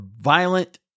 violent